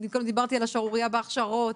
אם קודם דיברתי על השערורייה בהכשרות.